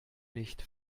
nicht